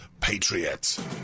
Patriots